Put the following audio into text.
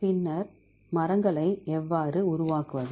பின்னர் மரங்களை எவ்வாறு உருவாக்குவது